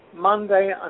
Monday